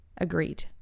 Agreed